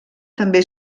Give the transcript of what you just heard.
també